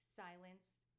silenced